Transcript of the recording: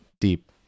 deep